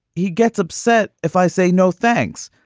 he gets upset if i say no thanks.